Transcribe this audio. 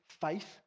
faith